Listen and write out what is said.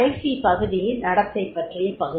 கடைசி பகுதி நடத்தை பற்றிய பகுதி